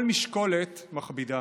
כל משקולת מכבידה,